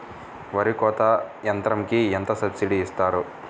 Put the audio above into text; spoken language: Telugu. వరి కోత యంత్రంకి ఎంత సబ్సిడీ ఇస్తారు?